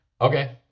Okay